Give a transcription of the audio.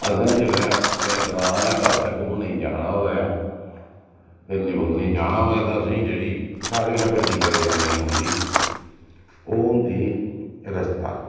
असें जेल्लै कुसै ग्रांऽ आह्लै पासै घूमने गी जाना होऐ फेरने फुरने गी जाना होवै तां असें गी जेह्ड़ी सारे शा बड्डी परेशानी औंदी ओह् होंदी रस्ता